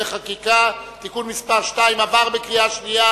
חקיקה ליישום התוכנית הכלכלית לשנים 2009